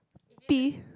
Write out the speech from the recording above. tea